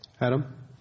Adam